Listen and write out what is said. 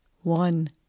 One